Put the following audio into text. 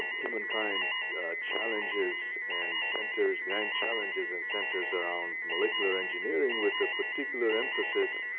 humankinds' challenges, and centers grand challenges, and centers around molecular engineering with a particular emphasis